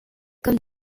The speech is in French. comme